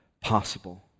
possible